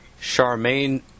Charmaine